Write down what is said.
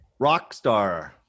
Rockstar